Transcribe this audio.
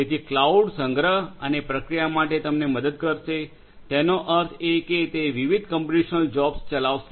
તેથી ક્લાઉડ સંગ્રહ અને પ્રક્રિયા માટે તમને મદદ કરશે તેનો અર્થ એ કે તે વિવિધ કોમ્પ્યુટેશનલ જોબ્સ ચલાવશે